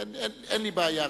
אין לי בעיה,